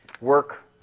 work